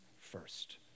first